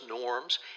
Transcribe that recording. norms